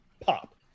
pop